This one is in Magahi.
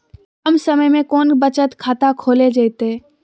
कम समय में कौन बचत खाता खोले जयते?